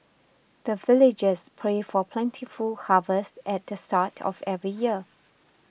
the villagers pray for plentiful harvest at the start of every year